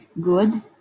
good